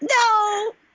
No